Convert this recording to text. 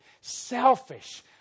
selfish